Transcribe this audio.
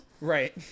Right